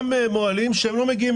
אלינו.